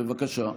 בבקשה.